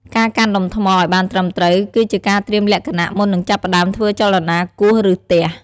ការកាន់ដុំថ្មឲ្យបានត្រឹមត្រូវ គឺជាការត្រៀមលក្ខណៈមុននឹងចាប់ផ្តើមធ្វើចលនាគោះ ឬទះ។